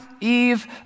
Eve